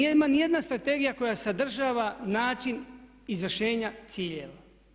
Nema ni jedna strategija koja sadržava način izvršenja ciljeva.